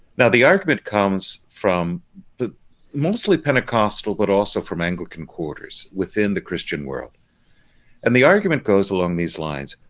now the argument comes from the mostly pentecostal but also from anglican quarters within the christian world and the argument goes along these lines,